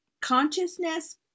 consciousness